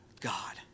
God